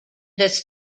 this